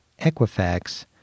Equifax